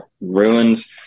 Ruins